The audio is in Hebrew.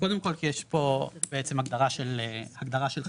קודם כל כי יש פה בעצם הגדרה של הגדרה של חברה,